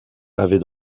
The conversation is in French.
avait